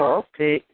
okay